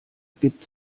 gibt